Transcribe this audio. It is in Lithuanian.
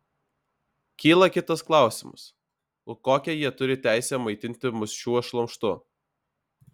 kyla kitas klausimas o kokią jie turi teisę maitinti mus šiuo šlamštu